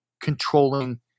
controlling